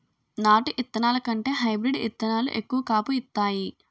నాటు ఇత్తనాల కంటే హైబ్రీడ్ ఇత్తనాలు ఎక్కువ కాపు ఇత్తాయి